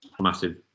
massive